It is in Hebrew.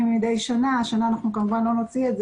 מדי שנה - השנה אנחנו כמובן לא נוציא אותו